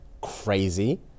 crazy